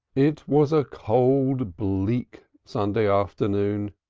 it was a cold, bleak sunday afternoon,